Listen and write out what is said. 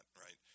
right